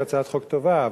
היא הצעת חוק טובה.